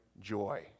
joy